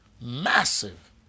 Massive